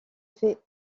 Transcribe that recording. fait